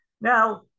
Now